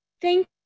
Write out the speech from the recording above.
thank